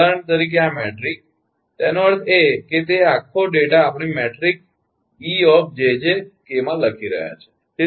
તેથી ઉદાહરણ તરીકે આ મેટ્રિક્સ તેનો અર્થ એ કે તે આખો ડેટા આપણે મેટ્રિક્સ 𝑒𝑗𝑗𝑘 માં રાખી રહ્યાં છે